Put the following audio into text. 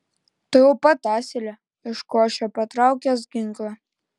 tuojau pat asile iškošė patraukęs ginklą